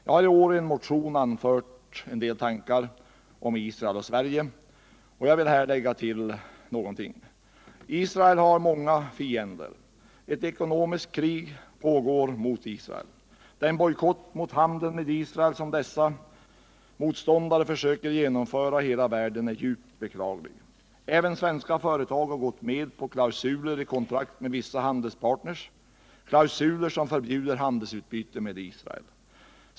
Jag har i år i en motion framfört en del tankar om Israel och Sverige, men jag vill här lägga till följande. Israel har många fiender. Ett ekonomiskt krig pågår mot Israel. Den bojkott mot handeln med Israel som dessa motståndare försöker genomföra i hela världen är djupt beklaglig. Även svenska företag har gått med på klausuler i kontrakt med vissa handelspartner — klausuler som förbjuder handelsutbyte med Israel.